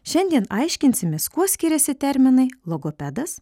šiandien aiškinsimės kuo skiriasi terminai logopedas